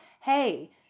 Hey